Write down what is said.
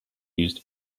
used